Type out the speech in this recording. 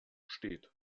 steht